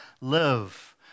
live